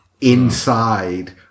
inside